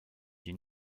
une